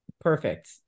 perfect